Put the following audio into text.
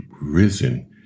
risen